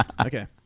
Okay